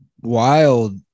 wild